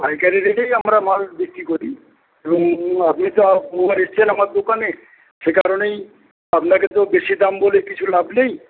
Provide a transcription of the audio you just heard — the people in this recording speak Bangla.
পাইকারি রেটেই আমরা মাল বিক্রি করি এবং আপনি তো বহুবার এসেছেন আমার দোকানে সে কারণেই আপনাকে তো বেশি দাম বলে কিছু লাভ নেই